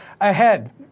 Ahead